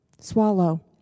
Swallow